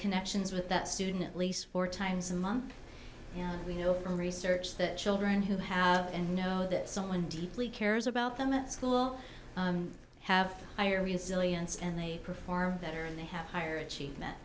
connections with that student least four times a month we know the research that children who have and know that someone deeply cares about them at school have higher and they perform better and they have higher achievement